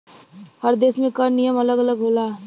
हर देस में कर नियम अलग अलग होला